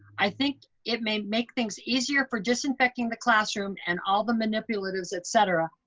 i think it may make things easier for disinfecting the classroom and all the manipulatives, et cetera,